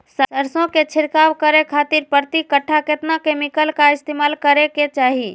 सरसों के छिड़काव करे खातिर प्रति कट्ठा कितना केमिकल का इस्तेमाल करे के चाही?